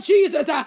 Jesus